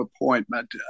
appointment